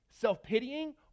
self-pitying